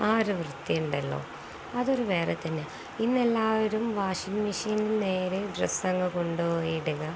ആ ഒരു വൃത്തിയുണ്ടല്ലോ അതൊരു വേറെ തന്നെയാണ് ഇന്നെല്ലാവരും വാഷിംഗ് മെഷീനില് നേരെ ഡ്രസ്സങ്ങു കൊണ്ടുപോയി ഇടുകയാണ്